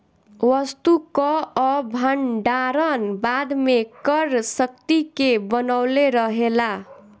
वस्तु कअ भण्डारण बाद में क्रय शक्ति के बनवले रहेला